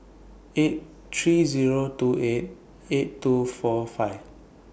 eight three Zero two eight eight two four five